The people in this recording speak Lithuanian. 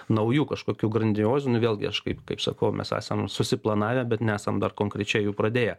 naujų kažkokių grandiozinių vėlgi aš kaip kaip sakau mes esam susiplanavę bet nesam dar konkrečiai jų pradėję